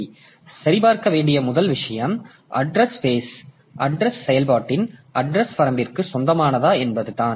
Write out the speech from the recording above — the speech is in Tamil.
எனவே சரிபார்க்க வேண்டிய முதல் விஷயம் அட்ரஸ் செயல்பாட்டின் அட்ரஸ் வரம்பிற்கு சொந்தமானதா என்பதுதான்